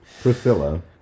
Priscilla